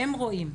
הם רואים,